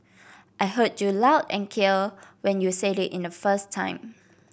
I heard you loud and care when you said it in the first time